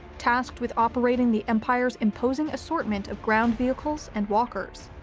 tasked with operating the empire's imposing assortment of ground vehicles and walkers.